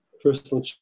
personal